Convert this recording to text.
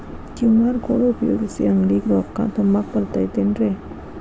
QR code ಉಪಯೋಗಿಸಿ, ಅಂಗಡಿಗೆ ರೊಕ್ಕಾ ತುಂಬಾಕ್ ಬರತೈತೇನ್ರೇ?